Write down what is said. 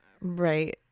right